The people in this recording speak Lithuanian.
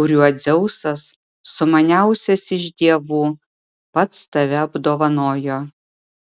kuriuo dzeusas sumaniausias iš dievų pats tave apdovanojo